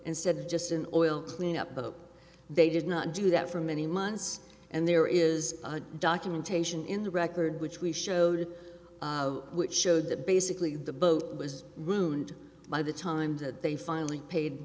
instead of just an oil cleanup but they did not do that for many months and there is documentation in the record which we showed which showed that basically the boat was runed by the time that they finally paid